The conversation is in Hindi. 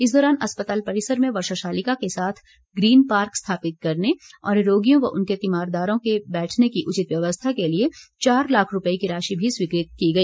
इस दौरान अस्पताल परिसर में वर्षा शालिका के साथ ग्रीन पार्क स्थापित करने और रोगियों व उनके तीमारदारों के बैठने की उचित व्यवस्था के लिए चार लाख रुपए की राशि भी स्वीकृत की गई